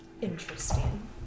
interesting